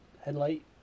headlight